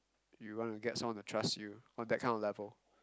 you want to get someone to trust you on that kind of level